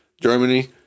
Germany